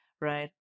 right